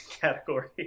category